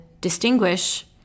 distinguish